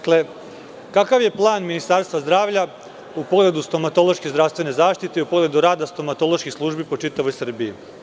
Kakav je plan Ministarstva zdravlja u pogledu stomatološke zdravstvene zaštite i u pogledu rada stomatoloških službi po čitavoj Srbiji?